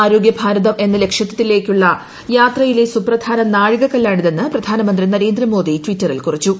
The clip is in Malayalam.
ആരോഗൃ ഭാരതം എന്ന ലക്ഷ്യത്തിലേക്കുള്ള യാത്രയിലെ സുപ്രധാന നാഴികക്കല്ലാണിതെന്ന് പ്രധാനമന്ത്രി നരേന്ദ്രമോദി ടിറ്ററിൽ കുറിച്ചു